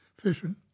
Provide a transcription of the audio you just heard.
fission